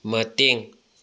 ꯃꯇꯦꯡ